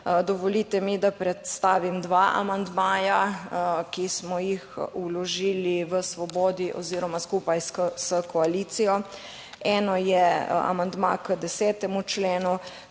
Dovolite mi, da predstavim dva amandmaja, ki smo ju vložili v Svobodi oziroma skupaj s koalicijo. Eden je amandma k 10. členu,